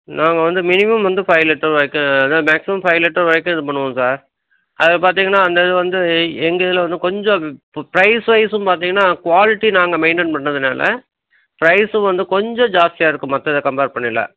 நாங்கள் வந்து மினிமம் வந்து ஃபைவ் லிட்டர் வரைக்கும் அதான் மேக்ஸிமம் ஃபைவ் லிட்டர் வரைக்கும் இது பண்ணுவோம் சார் அது பார்த்தீங்கன்னா அந்த இது வந்து எங்கள் இதில் வந்து கொஞ்சம் ப ப்ரைஸ் வைஸும் பார்த்தீங்கன்னா குவாலிட்டி நாங்கள் மெயின்டென் பண்ணுறதுனால ப்ரைஸும் வந்து கொஞ்சம் ஜாஸ்தியாக இருக்கும் மற்றத கம்பர் பண்ணையில்